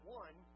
one